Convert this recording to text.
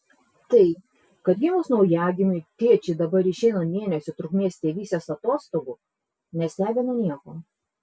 tai kad gimus naujagimiui tėčiai dabar išeina mėnesio trukmės tėvystės atostogų nestebina nieko